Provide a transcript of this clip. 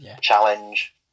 challenge